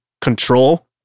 control